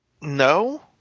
no